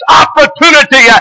opportunity